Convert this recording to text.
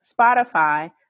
Spotify